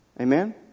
Amen